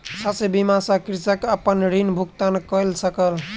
शस्य बीमा सॅ कृषक अपन ऋण भुगतान कय सकल